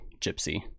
gypsy